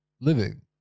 living